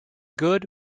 good